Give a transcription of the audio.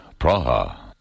Praha